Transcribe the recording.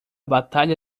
batalha